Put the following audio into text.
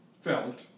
felt